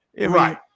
right